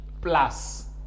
plus